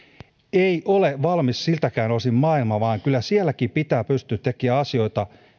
ei ole valmis siltäkään osin maailma vaan kyllä sielläkin pitää pystyä tekemään asioita